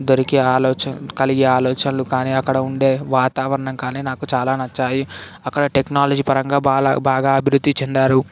దొరికే ఆలోచన కలిగే ఆలోచనలు కానీ అక్కడ ఉండే వాతావరణం కానీ నాకు చాలా నచ్చాయి అక్కడ టెక్నాలజీ పరంగా బాలా బాగా అభివృద్ధి చెందారు